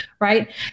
right